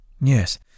yes